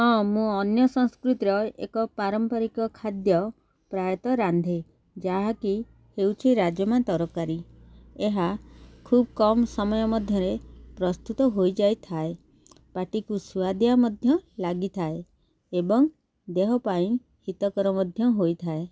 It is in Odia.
ହଁ ମୁଁ ଅନ୍ୟ ସଂସ୍କୃତିର ଏକ ପାରମ୍ପାରିକ ଖାଦ୍ୟ ପ୍ରାୟତଃ ରାନ୍ଧେ ଯାହାକି ହେଉଛି ରାଜମା ତରକାରୀ ଏହା ଖୁବ୍ କମ୍ ସମୟ ମଧ୍ୟରେ ପ୍ରସ୍ତୁତ ହୋଇଯାଇଥାଏ ପାଟିକୁ ସୁଦିଆ ମଧ୍ୟ ଲାଗିଥାଏ ଏବଂ ଦେହ ପାଇଁ ହିତକର ମଧ୍ୟ ହୋଇଥାଏ